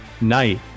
night